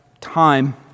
time